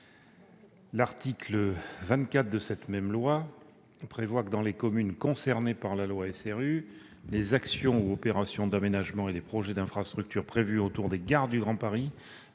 L'article 24 de cette même loi dispose que, dans les communes concernées par la loi SRU, les actions ou opérations d'aménagement et les projets d'infrastructures prévus autour des gares du Grand Paris